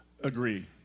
Agree